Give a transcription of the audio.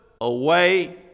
away